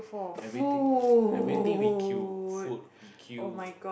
everything everything we queue food we queue